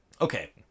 Okay